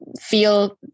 feel